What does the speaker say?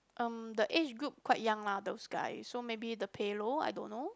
erm the age group quite young lah those guys so maybe the pay low I don't know